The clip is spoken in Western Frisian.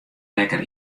lekker